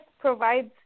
provides